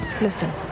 Listen